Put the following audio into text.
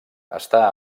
està